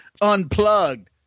unplugged